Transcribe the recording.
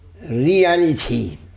reality